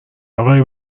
آقای